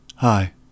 Hi